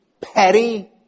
petty